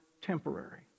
temporary